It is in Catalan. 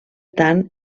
tant